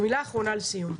ומילה אחרונה לסיום.